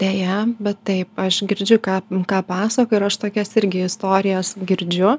deja bet taip aš girdžiu ką ką pasakoji ir aš tokias irgi istorijas girdžiu